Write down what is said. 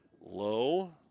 low